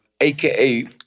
AKA